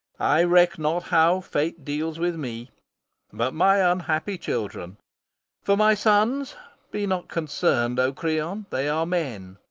i reck not how fate deals with me but my unhappy children for my sons be not concerned, o creon, they are men,